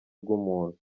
bw’umuntu